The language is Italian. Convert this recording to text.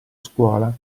scuola